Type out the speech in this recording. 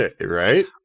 right